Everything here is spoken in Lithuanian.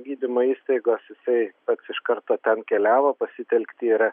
gydymo įstaigos jisai pats iš karto ten keliavo pasitelkti yra